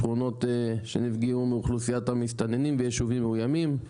שכונות שנפגעו מאוכלוסיית המסתננים ויישובים מאוימים,